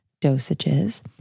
dosages